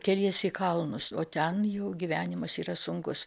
keliesi į kalnus o ten jų gyvenimas yra sunkus